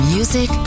Music